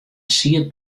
siet